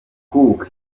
cook